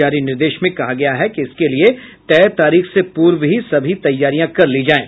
जारी निर्देश में कहा गया है कि इसके लिये तय तारीख से पूर्व ही सभी तैयारियां कर ली जाये